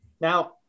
now